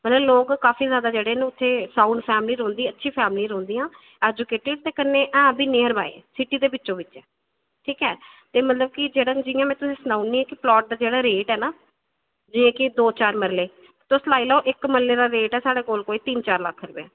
ते कन्नै उत्थें फैमिली जेह्ड़ी बहोत अच्छी फैमिली रौहदियां एजूकेटेड ते कन्नै एह् बी नियर बाय सिटी दे बिचो बिच ते जियां मेंं तुसेंगी सनाई ओड़नी आं ना प्लॉट दा जेह्ड़ा रेट ऐ दौ तीन मरले ते तुस लाई लैओ की इक्क मरले दा साढ़े कोल रेट ऐ तीन चार लक्ख रपेआ